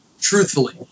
truthfully